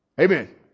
Amen